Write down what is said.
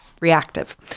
reactive